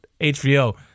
hbo